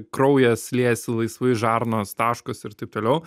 kraujas liejasi laisvai žarnos taškos ir taip toliau